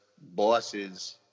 bosses